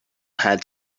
had